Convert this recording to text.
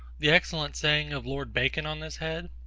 the excellent saying of lord bacon on this head?